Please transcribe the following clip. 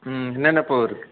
என்னென்ன பூ இருக்குது